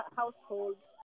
households